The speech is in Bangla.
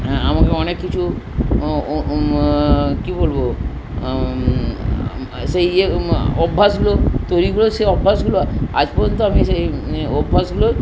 আমাকে অনেক কিছু কি বলবো সেই ইয়ে অভ্যাসগুলো তৈরি করেছে অভ্যাসগুলো আজ পর্যন্ত আমি সেই অভ্যাসগুলো